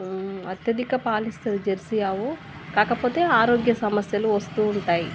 అత్యధిక పాలిస్తుంది జెర్సీ ఆవు కాకపోతే ఆరోగ్య సమస్యలు వస్తూ ఉంటాయి